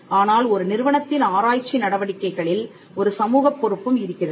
ஆனால் ஒரு நிறுவனத்தின் ஆராய்ச்சி நடவடிக்கைகளில் ஒரு சமூகப் பொறுப்பும் இருக்கிறது